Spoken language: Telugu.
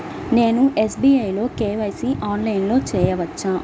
నేను ఎస్.బీ.ఐ లో కే.వై.సి ఆన్లైన్లో చేయవచ్చా?